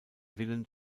willen